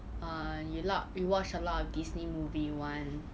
err you li~ you watch a lot of Disney movie [one]